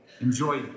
enjoy